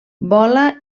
vola